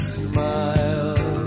smile